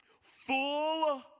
full